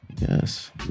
yes